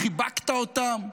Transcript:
חיבקת אותם,